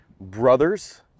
brothers